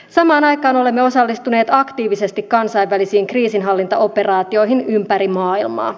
samaan aikaan olemme osallistuneet aktiivisesti kansainvälisiin kriisinhallintaoperaatioihin ympäri maailmaa